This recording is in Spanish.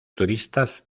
turistas